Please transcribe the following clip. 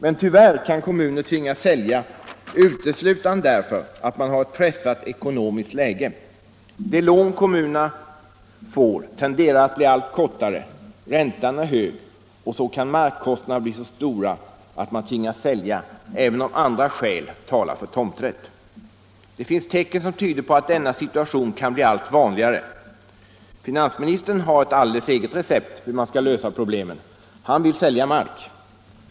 Men tyvärr kan kommuner tvingas sälja uteslutande därför att de har ett pressat ekonomiskt läge. De lån kommunerna får tenderar att bli allt kortare, räntan är hög, och så kan markkostnaderna bli så stora att man tvingas sälja även om andra skäl talat för tomträtt. Det finns tecken som tyder på ait denna situation kan bli allt vanligare. Finansministern har ett alldeles eget recept för hur problemen skall lösas. Han vill sälja mark.